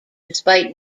despite